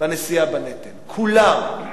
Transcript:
נשיאה בנטל, כולם.